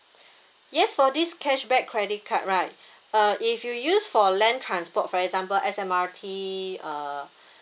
yes for this cashback credit card right uh if you use for land transport for example S_M_R_T uh